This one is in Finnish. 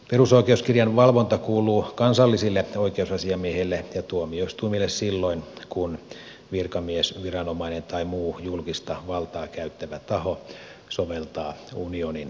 perusoikeuskirjan valvonta kuuluu kansallisille oikeusasiamiehille ja tuomioistuimille silloin kun virkamies viranomainen tai muu julkista valtaa käyttävä taho soveltaa unionin oikeutta